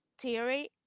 theory